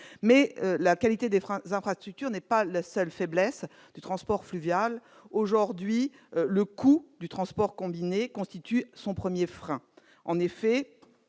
dit, la qualité des infrastructures n'est pas la seule faiblesse du transport fluvial. Le coût du transport combiné constitue aujourd'hui son premier frein.